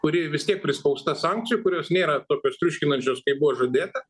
kuri vis tiek prispausta sankcijų kurios nėra tokios triuškinančios kaip buvo žadėta